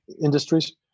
industries